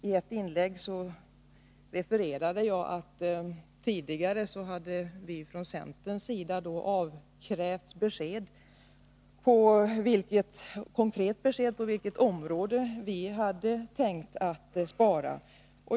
I ett inlägg refererade jag till att vi från centern tidigare avkrävts ett konkret besked om på vilket område vi hade tänkt att spara.